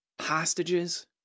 hostages